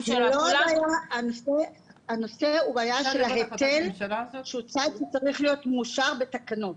הנושא היה של היטל שהוצג צריך להיות מאושר בתקנות.